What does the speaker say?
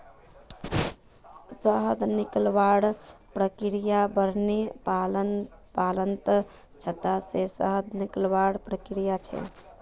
शहद निकलवार प्रक्रिया बिर्नि पालनत छत्ता से शहद निकलवार प्रक्रिया छे